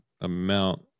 amount